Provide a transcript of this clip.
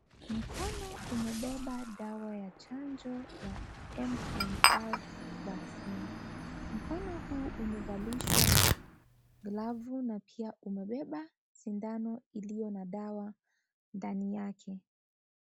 Mkono umebeba dawa ya chanjo ya MMR vaccine . Mkono huu umevalishwa glavu na pia umebeba sindano iliyo na dawa ndani yake.